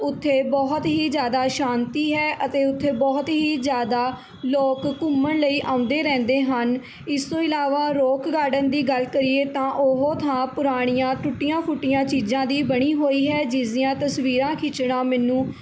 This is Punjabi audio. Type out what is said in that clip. ਉੱਥੇ ਬਹੁਤ ਹੀ ਜ਼ਿਆਦਾ ਸ਼ਾਂਤੀ ਹੈ ਅਤੇ ਉੱਥੇ ਬਹੁਤ ਹੀ ਜ਼ਿਆਦਾ ਲੋਕ ਘੁੰਮਣ ਲਈ ਆਉਂਦੇ ਰਹਿੰਦੇ ਹਨ ਇਸ ਤੋਂ ਇਲਾਵਾ ਰੋਕ ਗਾਰਡਨ ਦੀ ਗੱਲ ਕਰੀਏ ਤਾਂ ਉਹ ਥਾਂ ਪੁਰਾਣੀਆਂ ਟੁੱਟੀਆਂ ਫੁੱਟੀਆਂ ਚੀਜ਼ਾਂ ਦੀ ਬਣੀ ਹੋਈ ਹੈ ਜਿਸਦੀਆਂ ਤਸਵੀਰਾਂ ਖਿੱਚਣਾ ਮੈਨੂੰ